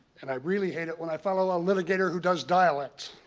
and i really hate it when i follow a litigator who does dialect.